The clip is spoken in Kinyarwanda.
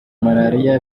malariya